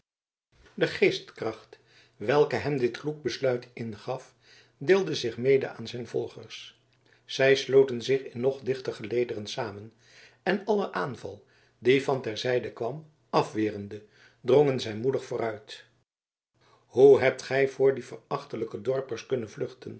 de geestkracht welke hem dit kloek besluit ingaf deelde zich mede aan zijn volgers zij sloten zich in nog dichter gelederen samen en allen aanval die van ter zijde kwam afwerende drongen zij moedig vooruit hoe hebt gij voor die verachtelijke dorpers kunnen vluchten